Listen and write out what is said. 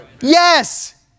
Yes